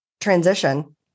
transition